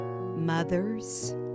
mothers